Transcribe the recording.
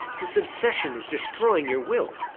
this obsession is destroying your will.